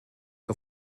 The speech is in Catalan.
que